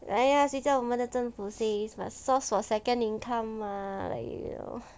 !aiya! 谁叫我们的政府 says must source for second income mah like you know